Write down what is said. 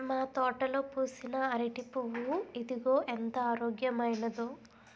మా తోటలో పూసిన అరిటి పువ్వు ఇదిగో ఎంత ఆరోగ్యమైనదో